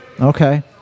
Okay